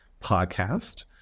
podcast